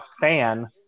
fan